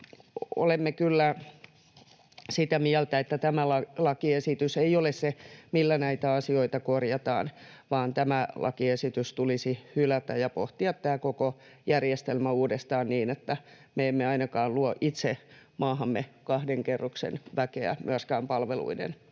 olemme kyllä sitä mieltä, että tämä lakiesitys ei ole se, millä näitä asioita korjataan, vaan lakiesitys tulisi hylätä ja pohtia tämä koko järjestelmä uudestaan niin, että me emme ainakaan itse luo maahamme kahden kerroksen väkeä myöskään palveluiden suhteen.